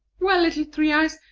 well, little three-eyes,